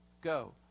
go